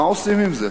מה עושים עם זה?